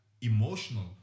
emotional